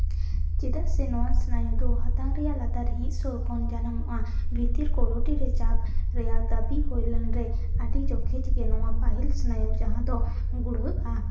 ᱪᱮᱫᱟᱜ ᱥᱮ ᱱᱚᱣᱟ ᱥᱱᱟᱭᱩ ᱫᱚ ᱦᱟᱛᱟᱝ ᱨᱮᱭᱟᱜ ᱞᱟᱛᱟᱨ ᱦᱤᱸᱥ ᱥᱩᱨ ᱠᱷᱚᱱ ᱡᱟᱱᱟᱢᱚᱜᱼᱟ ᱵᱷᱤᱛᱤᱨ ᱠᱚᱨᱳᱴᱤ ᱨᱮ ᱪᱟᱯ ᱨᱮᱭᱟᱜ ᱫᱟᱹᱵᱤ ᱦᱳᱭ ᱞᱮᱱᱨᱮ ᱟᱹᱰᱤ ᱡᱚᱠᱷᱮᱡ ᱜᱮ ᱱᱚᱣᱟ ᱯᱟᱹᱦᱤᱞ ᱥᱱᱟᱭᱩ ᱡᱟᱦᱟᱸ ᱫᱚᱸ ᱜᱩᱲᱦᱟᱹᱜᱼᱟ